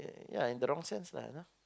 ya in the wrong sense